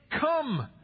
come